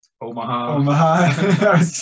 Omaha